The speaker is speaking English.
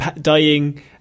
dying